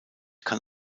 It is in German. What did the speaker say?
kann